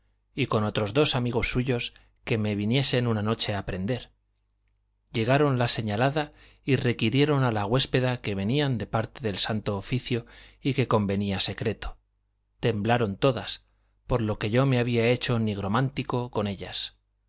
y con otros dos amigos suyos que me viniesen una noche a prender llegaron la señalada y requirieron a la huéspeda que venían de parte del santo oficio y que convenía secreto temblaron todas por lo que yo me había hecho nigromántico con ellas